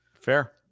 fair